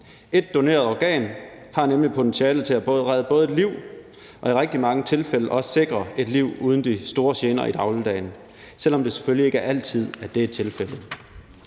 Ét doneret organ har nemlig potentiale til både at redde liv og i rigtig mange tilfælde også at sikre et liv uden de store gener i dagligdagen, selv om det selvfølgelig ikke er altid, at det er tilfældet.